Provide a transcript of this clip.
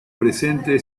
presente